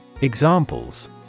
Examples